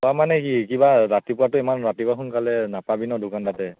খোৱা মানে কি কিবা ৰাতিপুৱাটো ইমান ৰাতিপুৱা সোনকালে নাপাবি ন দোকান তাতে